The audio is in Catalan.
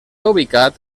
ubicat